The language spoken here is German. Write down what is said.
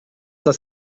das